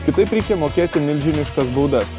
kitaip reikia mokėti milžiniškas baudas